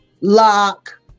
lock